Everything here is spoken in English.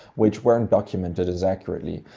which weren't documented as accurate, like